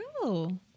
cool